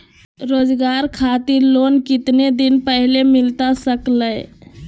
रोजगार खातिर लोन कितने दिन पहले मिलता सके ला?